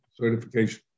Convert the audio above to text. certification